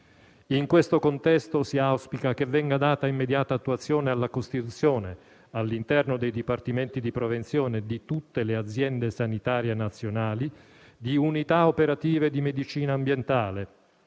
In questo contesto si auspica che venga data immediata attuazione alla costituzione, all'interno dei dipartimenti di prevenzione di tutte le aziende sanitarie nazionali, di unità operative di medicina ambientale,